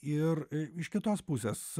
ir iš kitos pusės